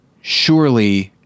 surely